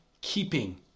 keeping